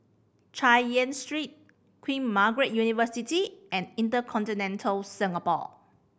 Chay Yan Street Queen Margaret University and Inter Continental Singapore